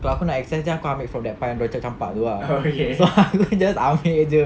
kalau aku nak X_S aku ambil from that pile yang dorang campak campak tu ah so aku just ambil jer